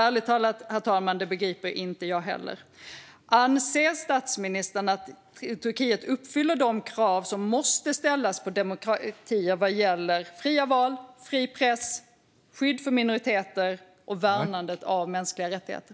Ärligt talat, herr talman - det begriper inte jag heller. Anser statsministern att Turkiet uppfyller de krav som måste ställas på demokratier vad gäller fria val, fri press, skydd för minoriteter och värnandet av mänskliga rättigheter?